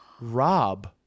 Rob